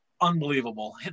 unbelievable